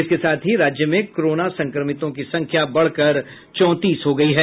इसके साथ ही राज्य में कोरोना संक्रमितों की संख्या बढ़कर चौंतीस हो गयी है